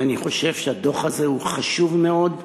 ואני חושב שהדוח הזה הוא חשוב מאוד,